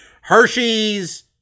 Hershey's